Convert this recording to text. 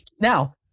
Now